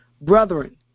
Brethren